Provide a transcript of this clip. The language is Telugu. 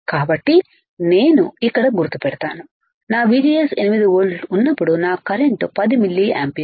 కాబట్టి నేను ఇక్కడ గుర్తు పెడతానునా VGS 8 వోల్ట్లు ఉన్నప్పుడు నా కరెంట్ 10 మిల్లి యాంపియర్స్